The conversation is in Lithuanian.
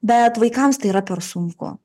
bet vaikams tai yra per sunku